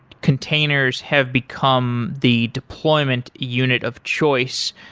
containers have become the deployment unit of choice.